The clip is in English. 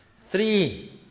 three